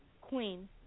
queen